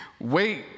Wait